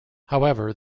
however